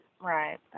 Right